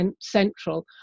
central